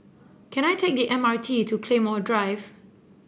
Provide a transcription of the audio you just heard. can I take the M R T to Claymore Drive